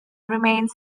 remains